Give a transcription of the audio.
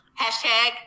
hashtag